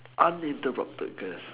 unlimited brothel girls